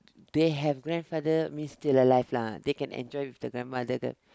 they have grandfather means still alive lah they can enjoy with the grandmother the